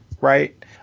right